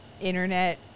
internet